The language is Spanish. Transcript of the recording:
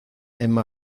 emma